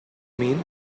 mean